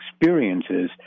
experiences